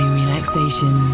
relaxation